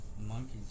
monkeys